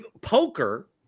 Poker